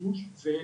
השימוש הזה,